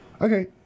Okay